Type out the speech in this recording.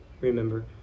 remember